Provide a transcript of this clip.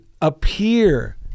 appear